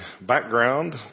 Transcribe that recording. background